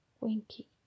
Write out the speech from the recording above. Winky